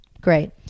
great